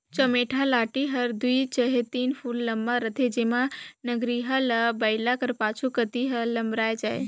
चमेटा लाठी हर दुई चहे तीन फुट लम्मा रहथे जेम्हा नगरिहा ल बइला कर पाछू कती हर लमराए जाए